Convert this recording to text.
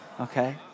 okay